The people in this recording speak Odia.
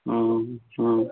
ହଁ ହଁ